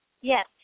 Yes